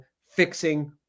fixing